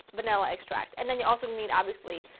vanilla extract. and then you also need, obviously,